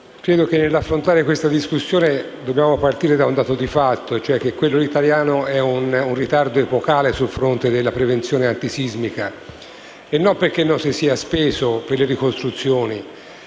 credo che nell'affrontare questa discussione dobbiamo partire da un dato di fatto, vale a dire che quello italiano è un ritardo epocale sul fronte della prevenzione antisismica e non perché non si sia speso per le ricostruzioni.